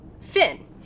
Finn